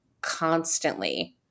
constantly